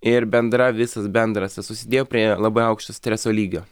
ir bendra visas bendras susidėjo prie labai aukšto streso lygio